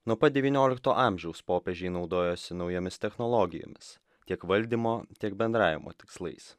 nuo pat devyniolikto amžiaus popiežiai naudojasi naujomis technologijomis tiek valdymo tiek bendravimo tikslais